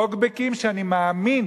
מאות טוקבקים שאני מאמין